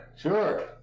Sure